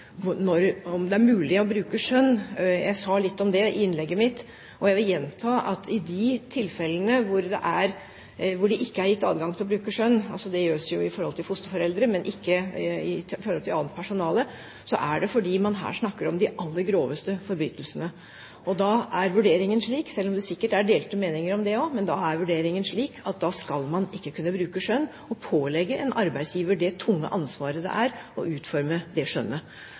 gjøres når det gjelder fosterforeldre, men ikke når det gjelder annet personale – er det fordi man her snakker om de aller groveste forbrytelsene. Da er vurderingen slik, selv om det sikkert er delte meninger om det også, at da skal man ikke kunne bruke skjønn og pålegge en arbeidsgiver det tunge ansvaret det er å utforme det skjønnet.